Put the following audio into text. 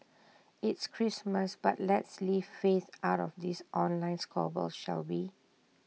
it's Christmas but let's leave faith out of this online squabble shall we